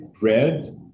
bread